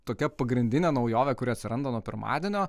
tokia pagrindinė naujovė kuri atsiranda nuo pirmadienio